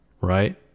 right